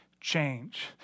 change